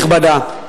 כנסת נכבדה,